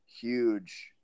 Huge